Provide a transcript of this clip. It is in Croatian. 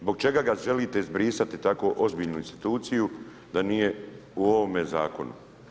Zbog čega ga želite izbrisati tako ozbiljnu instituciju da nije u ovome zakonu?